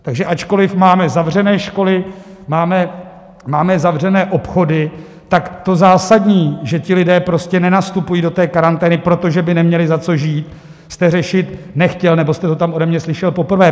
Takže ačkoliv máme zavřené školy, máme zavřené obchody, to zásadní, že lidé prostě nenastupují do karantény, protože by neměli za co žít, jste řešit nechtěl nebo jste to tam ode mě slyšel poprvé.